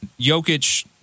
Jokic